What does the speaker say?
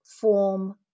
form